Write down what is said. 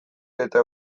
eta